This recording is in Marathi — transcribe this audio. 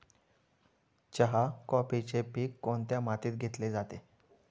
चहा, कॉफीचे पीक कोणत्या मातीत घेतले जाते?